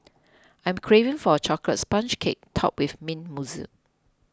I am craving for a Chocolate Sponge Cake Topped with Mint Mousse